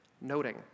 noting